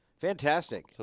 fantastic